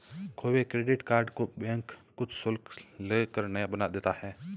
खोये हुए credit card को बैंक कुछ शुल्क ले कर नया बना देता है